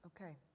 Okay